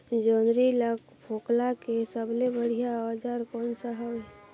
जोंदरी ला फोकला के सबले बढ़िया औजार कोन सा हवे?